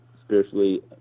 spiritually